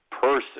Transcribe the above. person